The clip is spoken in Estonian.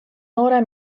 noore